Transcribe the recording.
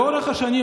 לאורך השנים,